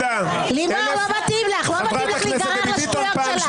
לימור, לא מתאים לך להיגרר לשטויות שלה.